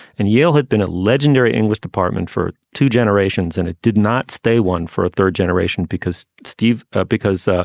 and yale had been a legendary english department for two generations. and it did not stay one for a third generation. because steve ah because ah